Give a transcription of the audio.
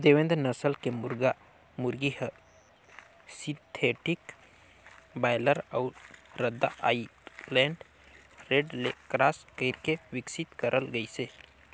देवेंद नसल के मुरगा मुरगी हर सिंथेटिक बायलर अउ रद्दा आइलैंड रेड ले क्रास कइरके बिकसित करल गइसे